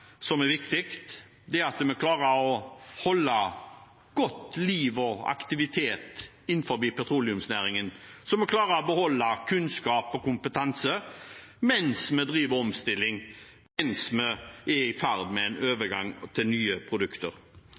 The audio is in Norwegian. som er viktig, at vi klarer å holde godt liv i og aktivitet innenfor petroleumsnæringen, så vi klarer å beholde kunnskap og kompetanse mens vi driver omstilling og er i ferd med en overgang til nye produkter.